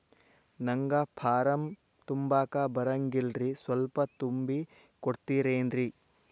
ನಂಗ ಫಾರಂ ತುಂಬಾಕ ಬರಂಗಿಲ್ರಿ ಸ್ವಲ್ಪ ತುಂಬಿ ಕೊಡ್ತಿರೇನ್ರಿ?